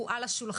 הוא על השולחן,